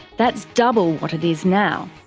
that's double what it is now.